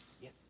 Yes